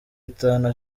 itanu